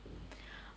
mm